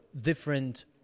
different